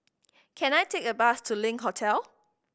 can I take a bus to Link Hotel